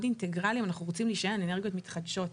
אינטגרלי אם אנחנו רוצים להישען על אנרגיות מתחדשות.